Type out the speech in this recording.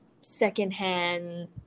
secondhand